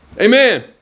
Amen